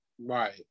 Right